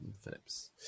Phillips